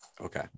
Okay